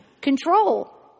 Control